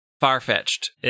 far-fetched